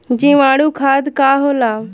जीवाणु खाद का होला?